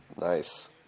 Nice